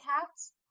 cats